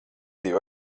divi